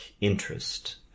interest